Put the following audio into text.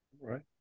Right